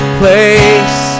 place